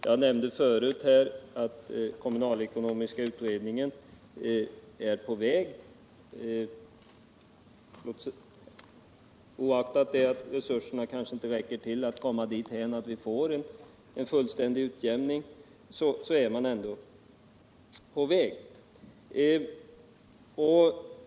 Jag nämnde förut att kommunalekonomiska utredningen är på väg — oaktat resurserna ännu inte räcker dithän att vi får en fullständig utjämning.